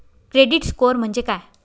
Credit score म्हणजे काय?